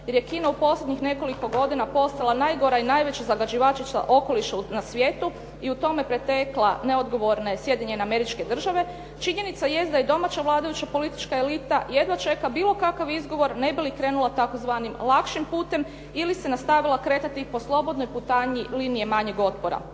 jer je Kina u posljednjih nekoliko godina postala najgora i najveća zagađivačica okoliša na svijetu i u tome pretekla neodgovorne Sjedinjene Američke Država činjenica jest da i domaća vladajuća politička elita jedva čeka bilo kakav izgovor ne bi li krenula tzv. lakšim putem ili se nastavila kretati po slobodnoj putanji linije manjeg otpora.